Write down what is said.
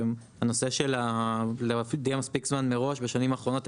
הנושא של להודיע מספיק זמן מראש: בשנים האחרונות,